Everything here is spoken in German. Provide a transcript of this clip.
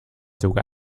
sogar